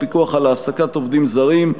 2. פיקוח על העסקת עובדים זרים,